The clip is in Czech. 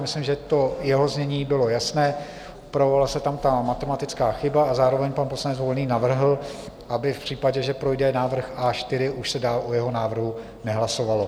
Myslím, že to jeho znění bylo jasné, projevila se tam ta matematická chyba, a zároveň pan poslanec Volný navrhl, aby v případě, že projde návrh A4, už se dál o jeho návrhu nehlasovalo.